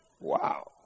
Wow